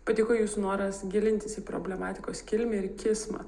patiko jūsų noras gilintis į problematikos kilmę ir kismą